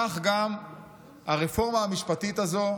כך גם הרפורמה המשפטית הזאת.